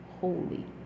holy